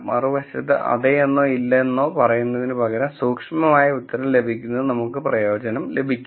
മറുവശത്ത് അതെ എന്നോ ഇല്ലെന്നോ പറയുന്നതിനുപകരം സൂക്ഷ്മമായ ഉത്തരം ലഭിക്കുന്നത് നമുക്ക് പ്രയോജനം ലഭിക്കും